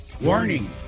warning